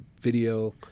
video